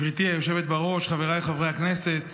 גברתי היושבת בראש, חבריי חברי הכנסת,